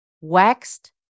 waxed